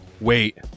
Wait